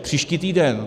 Příští týden.